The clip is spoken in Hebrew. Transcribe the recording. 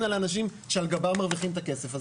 על האנשים שעל גבם מרוויחים את הכסף הזה?